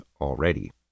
already